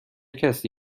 کسی